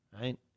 right